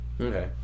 Okay